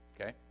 okay